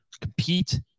compete